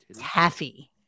taffy